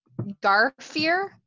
Garfier